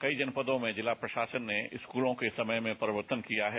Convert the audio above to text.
कई जनपदों में जिला प्रशासन ने स्कूलों के समय में परिवर्तन किया है